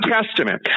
Testament